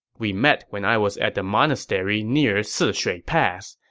we met when i was at the monastery near sishui pass.